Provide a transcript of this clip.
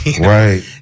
Right